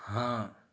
ہاں